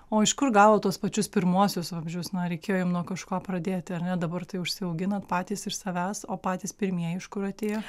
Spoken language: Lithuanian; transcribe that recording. o iš kur gavot tuos pačius pirmuosius vabzdžius na reikėjo jum nuo kažko pradėti ar ne dabar tai užsiauginat patys iš savęs o patys pirmieji iš kur atėjo